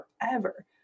forever